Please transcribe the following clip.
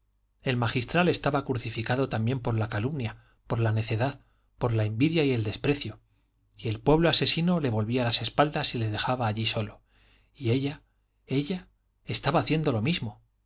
el magistral estaba crucificado también por la calumnia por la necedad por la envidia y el desprecio y el pueblo asesino le volvía las espaldas y le dejaba allí solo y ella ella estaba haciendo lo mismo